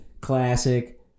classic